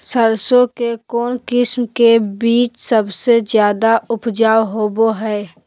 सरसों के कौन किस्म के बीच सबसे ज्यादा उपजाऊ होबो हय?